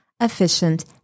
efficient